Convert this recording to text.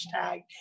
hashtag